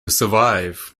survive